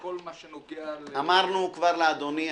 כל מה שנוגע --- אמרנו כבר לאדוני,